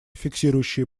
фиксирующие